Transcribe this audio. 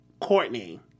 Courtney